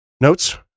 Notes